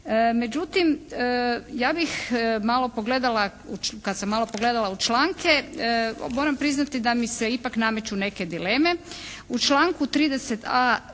međutim ja bih malo pogledala, kad sam malo pogledala u članke moram priznati da mi se ipak nameću neke dileme.